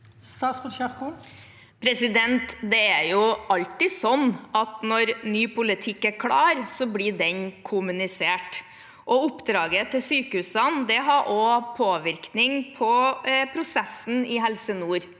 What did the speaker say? Det er alltid sånn at når ny politikk er klar, blir den kommunisert. Oppdraget til sykehusene har også innvirkning på prosessen i Helse nord.